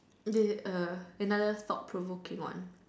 and the err another thought provoking one